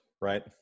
right